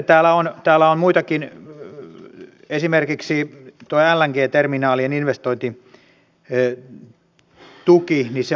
no sitten täällä on muitakin esimerkiksi tuo lng terminaalien investointituki